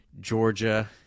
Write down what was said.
Georgia